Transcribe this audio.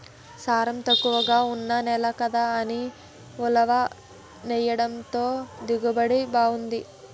సారం తక్కువగా ఉన్న నేల కదా అని ఉలవ చేనెయ్యడంతో దిగుబడి బావుంది